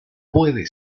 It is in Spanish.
puede